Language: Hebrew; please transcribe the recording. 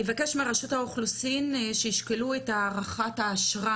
אבקש מרשות האוכלוסין שישקלו את הארכת האשרה